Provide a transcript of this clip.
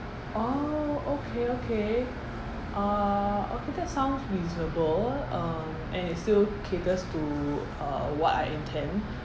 oh okay okay uh okay that sounds reasonable um and it still caters to uh what I intend